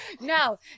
no